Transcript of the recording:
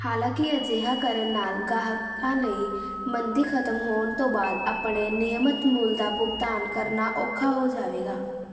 ਹਾਲਾਂਕਿ ਅਜਿਹਾ ਕਰਨ ਨਾਲ ਗਾਹਕਾਂ ਲਈ ਮੰਦੀ ਖ਼ਤਮ ਹੋਣ ਤੋਂ ਬਾਅਦ ਆਪਣੇ ਨਿਯਮਤ ਮੁੱਲ ਦਾ ਭੁਗਤਾਨ ਕਰਨਾ ਔਖਾ ਹੋ ਜਾਵੇਗਾ